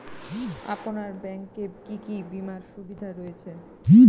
আপনার ব্যাংকে কি কি বিমার সুবিধা রয়েছে?